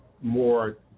more